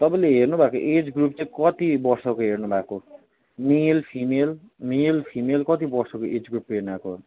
तपाईँले हेर्नु भएको एज ग्रुप चाहिँ कति वर्षको हेर्नु भएको मेल फिमेल मेल फिमेल कति वर्षको एज ग्रुप हेर्नु भएको